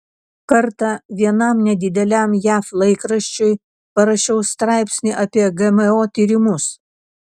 kartą vienam nedideliam jav laikraščiui parašiau straipsnį apie gmo tyrimus